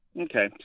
Okay